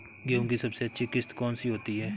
गेहूँ की सबसे अच्छी किश्त कौन सी होती है?